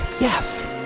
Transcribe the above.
Yes